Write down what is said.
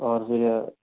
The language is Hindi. और फिर